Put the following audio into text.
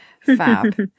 fab